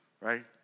Right